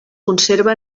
conserva